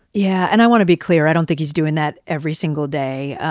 yeah. and i want to be clear. i don't think he's doing that every single day.